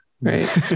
right